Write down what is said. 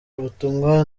ubutumwa